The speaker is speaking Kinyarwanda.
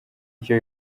icyo